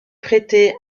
prêté